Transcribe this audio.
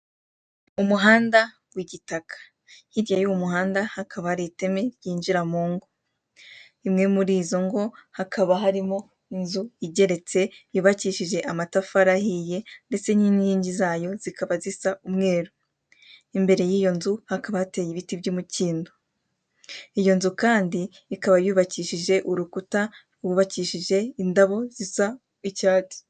Umuhanda w'igitaka hirya yuwo muhanda hakaba hari iteme ryinjira mu ngo, imwe muri izo ngo hakaba harimo inxu imwe igeretse yubakishije amatafari ahiye ndetse ninkingi zayo zikaba zisa umweru, imbere yiyo nzu hakaba hateye ibiti by'umikindo iyo nzu kandi ikaba yubakishije urukuta wubakishije indabo zisa icyatsi.